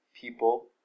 people